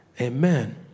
amen